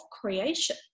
creation